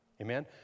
Amen